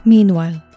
Meanwhile